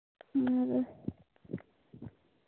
ᱚᱱᱟᱜᱮ